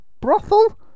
brothel